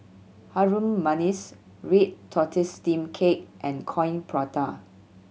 Harum Manis red tortoise steamed cake and Coin Prata